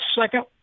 second